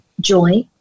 joy